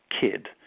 kid